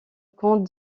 comte